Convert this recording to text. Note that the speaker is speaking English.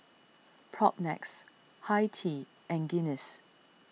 Propnex Hi Tea and Guinness